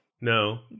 No